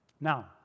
Now